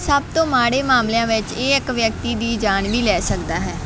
ਸਭ ਤੋਂ ਮਾੜੇ ਮਾਮਲਿਆਂ ਵਿੱਚ ਇਹ ਇੱਕ ਵਿਅਕਤੀ ਦੀ ਜਾਨ ਵੀ ਲੈ ਸਕਦਾ ਹੈ